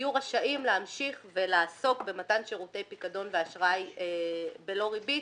יהיו רשאים להמשיך ולעסוק במתן שירותי פיקדון ואשראי בלא ריבית